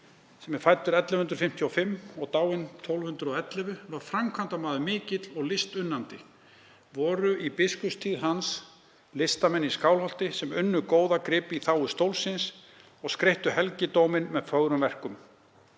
sem fæddist 1155 og dó 1211, var framkvæmdamaður mikill og listunnandi. Voru í biskupstíð hans listamenn í Skálholti sem unnu góða gripi í þágu stólsins og skreyttu helgidóminn með fögrum verkum.